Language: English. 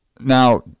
now